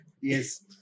Yes